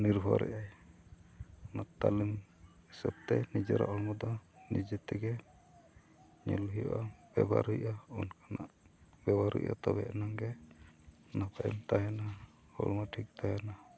ᱱᱤᱨᱵᱷᱚᱨᱡᱟᱭ ᱚᱱᱟ ᱛᱟᱞᱮᱢ ᱦᱤᱥᱟᱹᱵ ᱛᱮ ᱱᱤᱡᱮᱨᱟᱜ ᱦᱚᱲᱢᱚ ᱫᱚ ᱱᱤᱡᱮ ᱛᱮᱜᱮ ᱧᱮᱞ ᱦᱩᱭᱩᱜᱼᱟ ᱵᱮᱵᱚᱦᱟᱨ ᱦᱩᱭᱩᱜᱼᱟ ᱚᱱᱠᱟᱱᱟᱜ ᱵᱮᱵᱚᱦᱟᱨ ᱦᱩᱭᱩᱜᱼᱟ ᱛᱚᱵᱮ ᱮᱱᱟᱝ ᱜᱮ ᱱᱟᱯᱟᱭᱮᱢ ᱛᱟᱦᱮᱱᱟ ᱦᱚᱲᱢᱚ ᱴᱷᱤᱠ ᱛᱟᱦᱮᱱᱟ